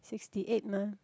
sixty eight mah